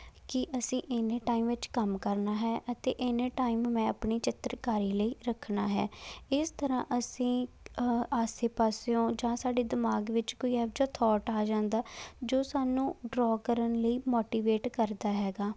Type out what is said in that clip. ਕਿ ਅਸੀਂ ਇੰਨੇ ਟਾਈਮ ਵਿੱਚ ਕੰਮ ਕਰਨਾ ਹੈ ਅਤੇ ਇੰਨਾ ਟਾਈਮ ਮੈਂ ਆਪਣੀ ਚਿੱਤਰਕਾਰੀ ਲਈ ਰੱਖਣਾ ਹੈ ਇਸ ਤਰ੍ਹਾਂ ਅਸੀਂ ਆਸੇ ਪਾਸਿਓਂ ਜਾਂ ਸਾਡੇ ਦਿਮਾਗ ਵਿੱਚ ਕੋਈ ਇਹੋ ਜਿਹਾ ਥੋਟ ਆ ਜਾਂਦਾ ਜੋ ਸਾਨੂੰ ਡਰੋਅ ਕਰਨ ਲਈ ਮੋਟੀਵੇਟ ਕਰਦਾ ਹੈਗਾ